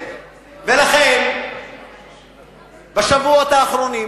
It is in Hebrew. ולכן בשבועות האחרונים,